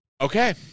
Okay